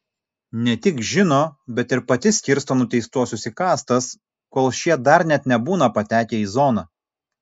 ne tik žino bet ir pati skirsto nuteistuosius į kastas kol šie dar net nebūna patekę į zoną